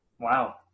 Wow